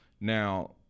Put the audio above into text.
now